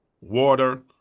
water